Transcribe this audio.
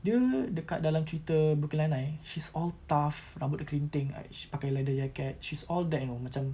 dia dekat dalam cerita brooklyn nine nine she's all tough rambut dia kerinting like she pakai leather jacket she's all that you know macam